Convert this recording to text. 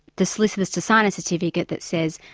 the solicitors to sign a certificate that says